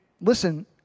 listen